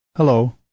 Hello